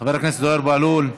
חבר הכנסת זוהיר בהלול,